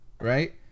Right